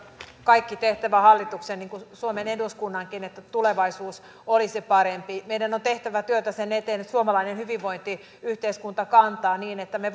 kaikki tehtävä hallituksen niin kuin suomen eduskunnankin että tulevaisuus olisi parempi meidän on tehtävä työtä sen eteen että suomalainen hyvinvointiyhteiskunta kantaa niin että me